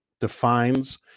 defines